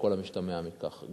על כל המשתמע מכך,